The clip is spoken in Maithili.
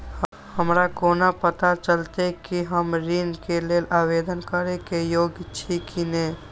हमरा कोना पताा चलते कि हम ऋण के लेल आवेदन करे के योग्य छी की ने?